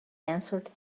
answered